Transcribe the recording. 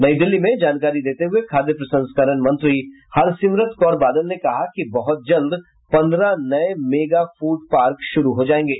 नई दिल्ली में जानकारी देते हुए खाद्य प्रसंस्करण मंत्री हरसिमरत कौर बादल ने कहा कि बहुत जल्द पन्द्रह नए मेगा फूड पार्क शुरू हो जाएंगे